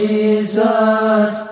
Jesus